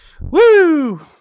Woo